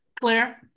Claire